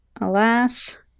Alas